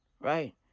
right